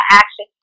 action